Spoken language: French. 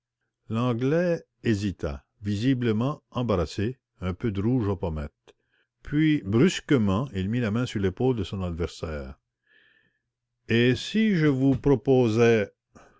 l'anglais hésita visiblement embarrassé un peu de rouge aux pommettes puis brusquement il mit la main sur l'épaule de son adversaire et si je vous proposais